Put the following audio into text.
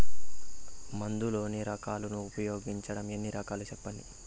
మందులలోని రకాలను ఉపయోగం ఎన్ని రకాలు? సెప్పండి?